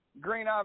Green